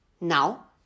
Now